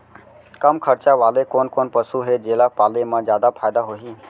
कम खरचा वाले कोन कोन पसु हे जेला पाले म जादा फायदा होही?